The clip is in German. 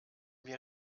wir